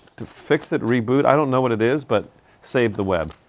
to fix it, reboot. i don't know what it is, but save the web.